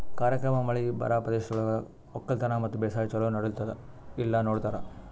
ಕಾರ್ಯಕ್ರಮ ಮಳಿ ಬರಾ ಪ್ರದೇಶಗೊಳ್ದಾಗ್ ಒಕ್ಕಲತನ ಮತ್ತ ಬೇಸಾಯ ಛಲೋ ನಡಿಲ್ಲುತ್ತುದ ಇಲ್ಲಾ ನೋಡ್ತಾರ್